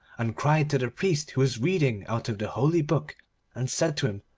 and cried to the priest who was reading out of the holy book and said to him,